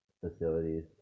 facilities